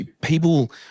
people